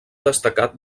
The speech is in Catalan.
destacat